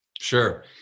Sure